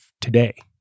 today